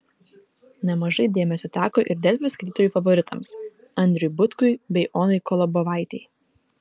nemažai dėmesio teko ir delfi skaitytojų favoritams andriui butkui bei onai kolobovaitei